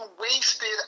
wasted